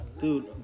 Dude